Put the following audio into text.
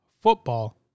football